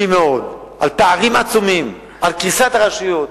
לצערי הרב.